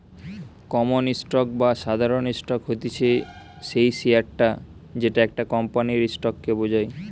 common stock বা সাধারণ stock হতিছে সেই শেয়ারটা যেটা একটা কোম্পানির স্টক কে বোঝায়